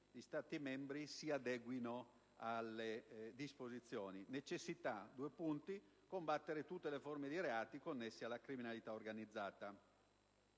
Stati membri si adeguino alle disposizioni, fissando la necessità di combattere tutte le forme di reati connessi alla criminalità organizzata.